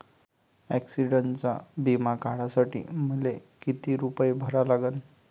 ॲक्सिडंटचा बिमा काढा साठी मले किती रूपे भरा लागन?